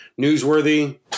newsworthy